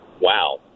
Wow